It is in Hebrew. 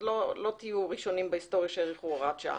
לא תהיו ראשונים בהיסטוריה שהאריכו הוראת שעה.